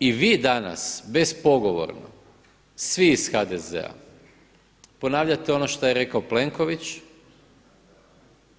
I vi danas bespogovorno svi iz HDZ-a ponavljate ono što je rekao Plenković